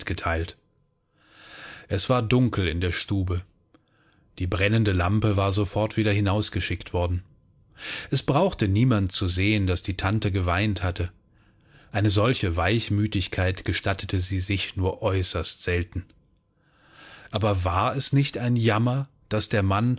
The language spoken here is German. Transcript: mitgeteilt es war dunkel in der stube die brennende lampe war sofort wieder hinausgeschickt worden es brauchte niemand zu sehen daß die tante geweint hatte eine solche weichmütigkeit gestattete sie sich nur äußerst selten aber war es nicht ein jammer daß der mann